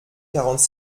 quarante